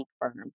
firm